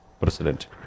president